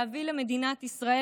ולהביא למדינת ישראל,